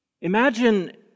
Imagine